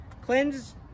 cleanse